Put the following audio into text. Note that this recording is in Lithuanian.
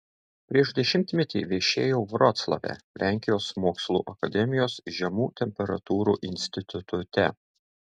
prieš dešimtmetį viešėjau vroclave lenkijos mokslų akademijos žemų temperatūrų institute